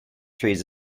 trees